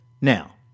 Now